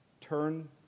turn